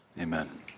Amen